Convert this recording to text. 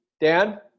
Dan